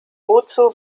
wozu